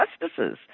justices